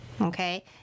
okay